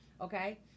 Okay